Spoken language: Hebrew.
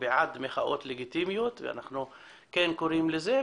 בעד מחאות לגיטימיות ואנחנו כן קוראים לזה,